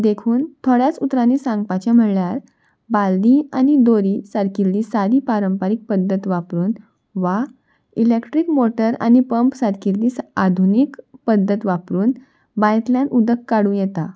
देखून थोड्याच उतरांनी सांगपाचें म्हळ्यार बालदीं आनी दोरी सारकिल्ली सारी पारंपारीक पद्दत वापरून वा इलेक्ट्रीक मोटर आनी पंप सारकिल्ली आधुनीक पद्दत वापरून बायतल्यान उदक काडूं येता